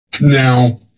Now